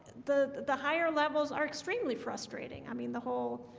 the the higher levels are extremely frustrating i mean the whole,